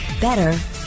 better